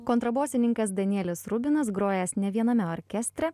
kontrabosininkas danielius rubinas grojęs ne viename orkestre